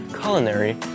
culinary